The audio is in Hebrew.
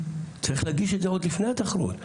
צריך להגיש את זה עוד לפני התחרות.